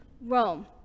Rome